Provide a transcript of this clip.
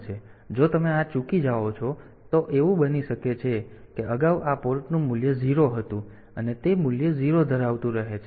તેથી જો તમે આ ચૂકી જાઓ છો તો એવું બની શકે છે કે અગાઉ આ પોર્ટનું મૂલ્ય 0 હતું અને તે મૂલ્ય 0 ધરાવતું રહે છે